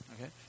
Okay